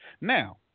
Now